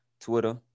twitter